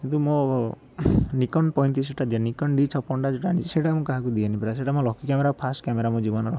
କିନ୍ତୁ ମୋ ନିକୋନ ପଇଁତିରିଶଟା ଦିଏନି ନିକୋନ ଡି ଛପନଟା ଯେଉଁଟା ସେଇଟା ମୁଁ କାହାକୁ ଦିଏନି ସେଇଟା ମୋ ଲକି କ୍ୟାମେରା ଆଉ ଫାଷ୍ଟ କ୍ୟାମେରା ମୋ ଜୀବନର